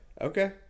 Okay